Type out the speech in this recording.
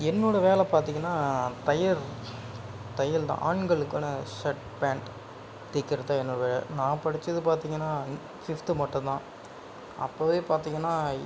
என்னோட வேலை பார்த்திங்கனா தையல் தையல் தான் ஆண்களுக்கான ஷர்ட் பேண்ட் தைக்கிறது தான் என்னோட நான் படித்தது பார்த்திங்கனா ஃபிப்த்து மட்டும் தான் அப்போதே பார்த்திங்கனா